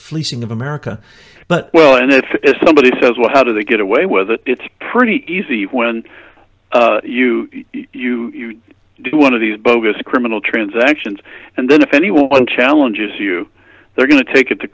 fleecing of america but well and if somebody says well how do they get away with it it's pretty easy when you you do one of these bogus criminal transactions and then if anyone challenges you they're going to take it to